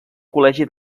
col·legi